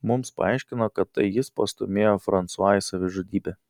mums paaiškino kad tai jis pastūmėjo fransua į savižudybę